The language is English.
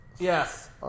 Yes